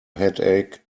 headache